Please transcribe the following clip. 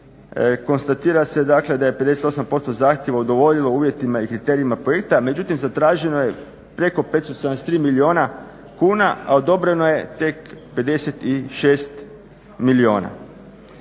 konstatira se dakle da je 58% zahtjeva udovoljilo uvjetima i kriterijima projekta. Međutim, zatraženo je preko 573 milijuna kuna, a odobreno je tek 56 milijuna.